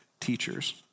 teachers